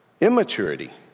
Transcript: immaturity